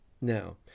Now